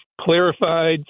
clarified